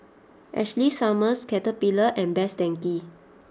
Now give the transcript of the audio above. Ashley Summers Caterpillar and Best Denki